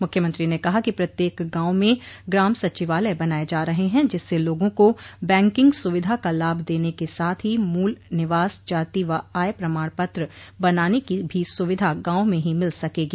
मुख्यमंत्री ने कहा कि प्रत्येक गांव में ग्राम सचिवालय बनाये जा रहे हैं जिसस लोगों को बैकिंग सुविधा का लाभ देने के साथ ही मूल निवास जाति व आय प्रमाण पत्र बनाने की भी सूविधा गांव में ही मिल सकगी